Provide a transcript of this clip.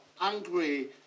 angry